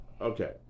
Okay